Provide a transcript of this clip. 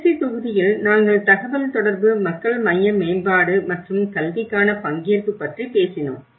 கடைசி தொகுதியில் நாங்கள் தகவல் தொடர்பு மக்கள் மைய மேம்பாடு மற்றும் கல்விக்கான பங்கேற்பு பற்றிப் பேசினோம்